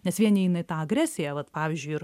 nes vieni eina į tą agresiją vat pavyzdžiui ir